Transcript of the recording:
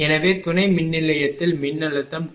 எனவே துணை மின்நிலையத்தில் மின்னழுத்தம் 240